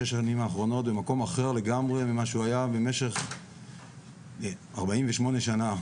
שש השנים האחרונות במקום אחר לגמרי ממה שהוא היה במשך 48 שנים.